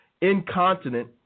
incontinent